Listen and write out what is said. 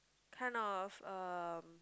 kind of um